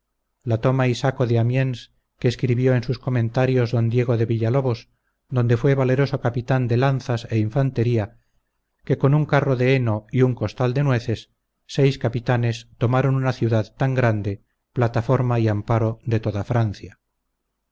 la toma y saco de amiens que escribió en sus comentarios don diego de villalobos donde fue valeroso capitán de lanzas e infantería que con un carro de heno y un costal de nueces seis capitanes tomaron una ciudad tan grande plataforma y amparo de toda francia